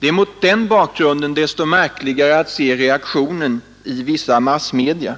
Det är mot den bakgrunden desto märkligare att se reaktionen i vissa massmedia.